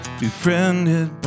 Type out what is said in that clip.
befriended